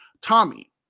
Tommy